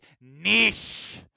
niche